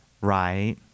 right